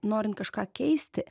norint kažką keisti